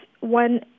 one